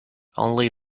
only